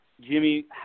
Jimmy